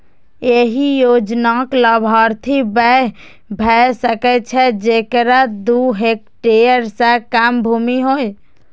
एहि योजनाक लाभार्थी वैह भए सकै छै, जेकरा दू हेक्टेयर सं कम भूमि होय